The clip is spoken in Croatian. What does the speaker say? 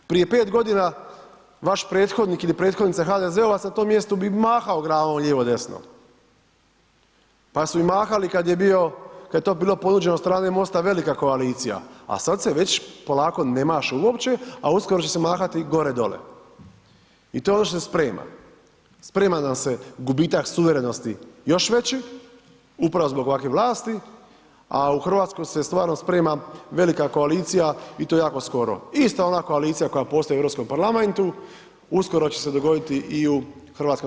Prije 5.g. vaš prethodnik ili prethodnica HDZ-ova na tom mjestu bi mahao glavom lijevo desno, pa su i mahali kad je bio, kad je to bilo ponuđeno od strane MOST-a velika koalicija, a sad se polako ne maše uopće, a uskoro će se mahati gore dole i to je ono što se sprema, sprema nam se gubitak suverenosti još veći, upravo zbog ovakve vlasti, a u RH se stvarno sprema velika koalicija i to jako skoro, ista ona koalicija koja postoji u Europskom parlamentu, uskoro će se dogoditi i u HS.